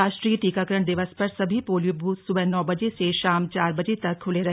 राष्ट्रीय टीकाकरण दिवस पर सभी पोलियो बूथ सुबह नौ बजे से शाम चार बजे तक खुले रहे